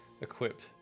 equipped